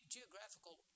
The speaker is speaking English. Geographical